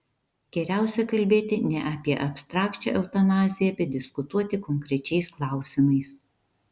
geriausia kalbėti ne apie abstrakčią eutanaziją bet diskutuoti konkrečiais klausimais